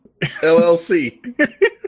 LLC